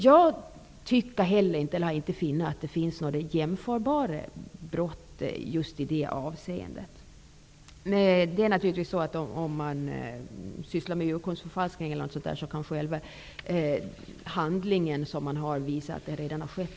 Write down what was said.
Jag tycker inte heller att det finns några med dessa jämförbara brott. Naturligtvis kan en viss handling utvisa att det har skett ett brott av typen urkundsförfalskning e.d., men detta är något annat.